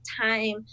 time